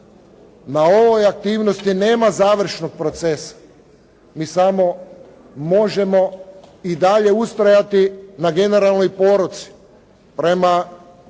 Na ovoj aktivnosti nema završnog procesa. Mi samo možemo i dalje ustrajati na generalnoj poruci prema